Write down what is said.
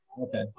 Okay